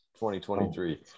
2023